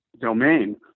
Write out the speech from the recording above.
domain